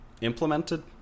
implemented